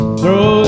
throw